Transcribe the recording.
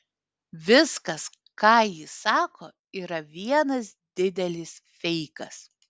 viskas ką jis sako yra vienas didelis feikas